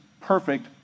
perfect